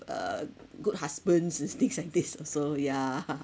uh good husbands these things like these also yeah